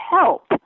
help